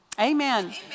Amen